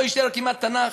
לא יישאר כמעט תנ"ך.